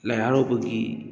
ꯂꯥꯏ ꯍꯥꯔꯥꯎꯕꯒꯤ